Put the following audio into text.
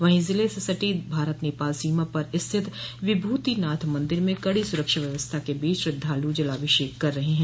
वहीं ज़िले से सटी भारत नेपाल सीमा पर स्थित विभूतिनाथ मंदिर में कड़ी सुरक्षा व्यवस्था के बीच श्रद्धालु जलाभिषेक कर रहे हैं